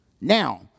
Now